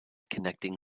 connecting